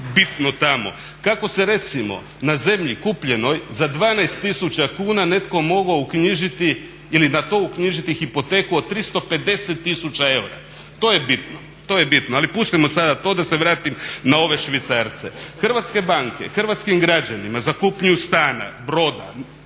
bitno tamo. Kako se recimo na zemlji kupljenoj za 12 tisuća kuna netko mogao uknjižiti ili na to uknjižiti hipoteku od 350 tisuća eura? To je bitno, to je bitno. Ali pustimo sada to, da se vratim na ove švicarce. Hrvatske banke hrvatskim građanima za kupnju stana, broda,